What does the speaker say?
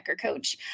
coach